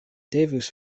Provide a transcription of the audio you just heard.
devus